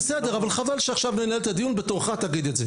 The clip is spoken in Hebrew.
בסדר, אבל חבל שננהל את הדיון, בתורך תגיד את זה.